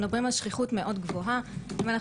מחקר שערכתי עם ד"ר צמרת ריקון,